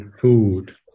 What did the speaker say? food